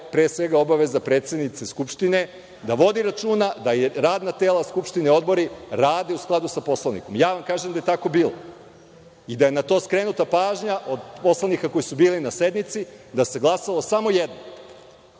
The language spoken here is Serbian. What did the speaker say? pre svega, obaveza predsednice Skupštine da vodi računa da radna tela Skupštine, odbori, rade u skladu sa Poslovnikom. Ja vam kažem da je tako bilo i da je na to skrenuta pažnja od poslanika koji su bili na sednici, da se glasalo samo jednom,